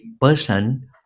person